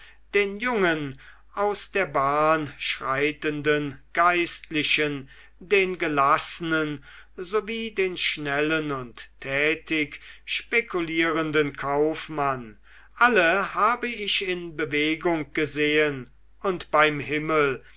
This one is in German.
den jungen aus der bahn schreitenden geistlichen den gelassenen sowie den schnellen und tätig spekulierenden kaufmann alle habe ich in bewegung gesehen und beim himmel